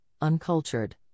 uncultured